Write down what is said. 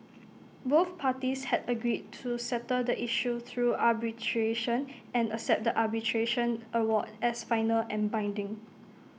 both parties had agreed to settle the issue through arbitration and accept the arbitration award as final and binding